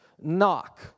knock